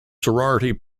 sorority